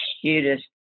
cutest